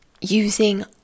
Using